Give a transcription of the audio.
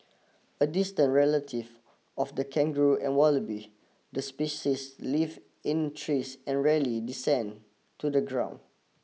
a distant relative of the kangaroo and wallaby the species lives in trees and rarely descend to the ground